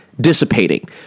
dissipating